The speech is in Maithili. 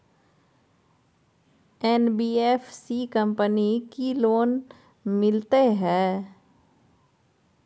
एन.बी.एफ.सी कंपनी की लोन मिलते है?